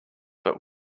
but